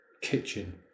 kitchen